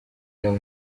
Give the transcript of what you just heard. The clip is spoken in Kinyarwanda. nteko